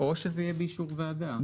או שזה יהיה באישור ועדה.